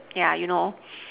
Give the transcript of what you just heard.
yeah you know